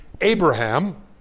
Abraham